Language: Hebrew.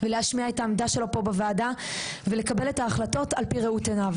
להשמיע את העמדה שלו פה בוועדה ולקבל את ההחלטות על פי ראות עיניו.